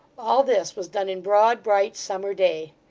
all this was done in broad, bright, summer day.